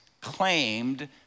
claimed